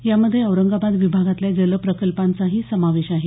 यामध्ये औरंगाबाद विभागातल्या जलप्रकल्पांचाही समावेश आहे